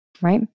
right